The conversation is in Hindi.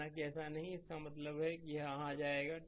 माना कि ऐसा नहीं है इसका मतलब है यह यहाँ आ जाएगा